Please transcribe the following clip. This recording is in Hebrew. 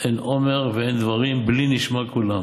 "אין אֹמר ואין דברים בלי נשמע קולם"